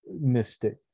mystic